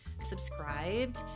subscribed